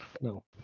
No